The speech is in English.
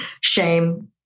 shame